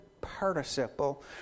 participle